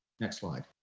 next slide.